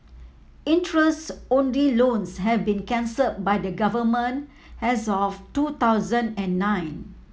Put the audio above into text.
interest only loans have been cancelled by the Government as of two thousand and nine